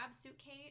suitcase